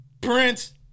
Prince